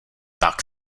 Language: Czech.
tak